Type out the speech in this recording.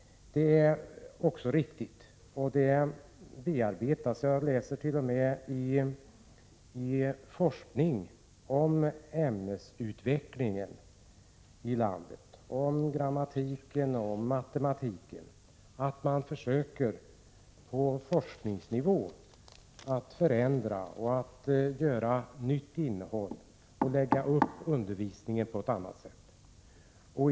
Det är också riktigt, och detta problem bearbetas. Jag läser t.o.m. när det gäller forskning om ämnesutvecklingen i landet, om grammatiken och matematiken, att man på forskningsnivå försöker förändra, ge undervisningen nytt innehåll och lägga upp den på ett annat sätt.